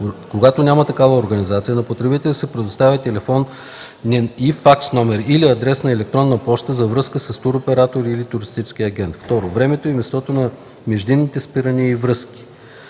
когато няма такава организация, на потребителя се предоставя телефонен и факс номер или адрес на електронна поща за връзка с туроператора или туристическия агент; 2. времето и местото на междинните спирания и връзки;